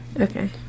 okay